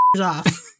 off